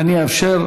אאפשר,